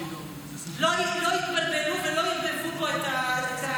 שלא התבלבלו ולא ערבבו פה את היוצרות.